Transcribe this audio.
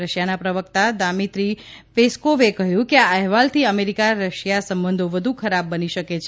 રશિયાના પ્રવક્તા દમિત્રી પેસકોવે કહ્યું કે આ અહેવાલથી અમેરિકા રશિયા સંબંધો વધ્ધ ખરાબ બની શકે છે